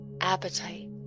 appetite